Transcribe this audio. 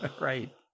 Right